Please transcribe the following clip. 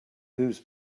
whose